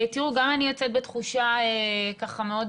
גם אני יוצאת בתחושה ככה מאוד